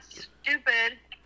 stupid